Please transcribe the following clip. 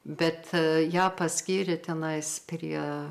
bet ją paskyrė tenais prie